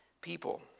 people